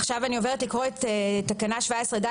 עכשיו אני עוברת לקרוא את תקנה 17ד,